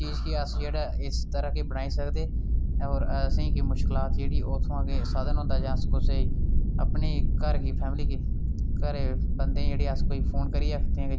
जेह्ड़े सूखे पीले पत्तर न ओह् नमें पत्तरें दा मुकाबला निं करी सकदे यानी की जेह्ड़े मनुक्ख जीवन च पिच्छें रेही जंदे न जेह्ड़े समें दा पालन नेईं करदे समें दा सम्मान नेईं करदे